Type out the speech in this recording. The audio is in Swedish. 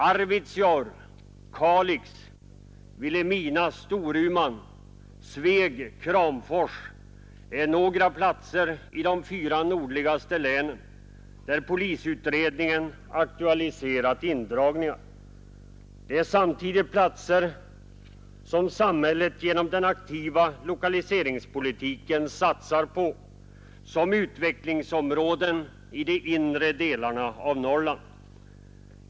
Arvidsjaur, Kalix, Vilhelmina, Storuman, Sveg och Kramfors är några platser i de fyra nordligaste länen där polisutredningen aktualiserat indragningar. Det är samtidigt platser som samhället genom den aktiva lokaliseringspolitiken satsar på som utvecklingsområden i de inre delarna av Norrland.